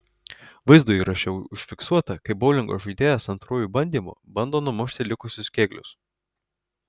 vaizdo įraše užfiksuota kaip boulingo žaidėjas antruoju bandymu bando numušti likusius kėglius